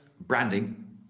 branding